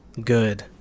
Good